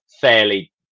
fairly